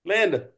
Linda